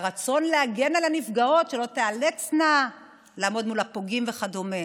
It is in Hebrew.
עם הרצון להגן על הנפגעות שלא תיאלצנה לעמוד מול הפוגעים וכדומה,